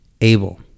able